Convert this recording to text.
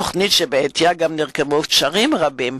ודרכה גם נרקמו קשרים אישיים רבים.